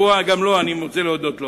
אני רוצה להודות גם